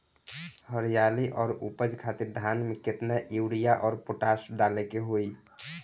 हरियाली और उपज खातिर धान में केतना यूरिया और पोटाश डाले के होई?